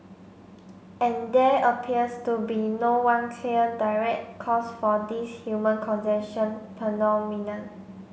and there appears to be no one clear direct cause for this human congestion phenomenon